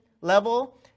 level